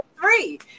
three